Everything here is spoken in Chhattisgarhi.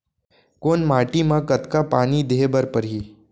कोन माटी म कतका पानी देहे बर परहि?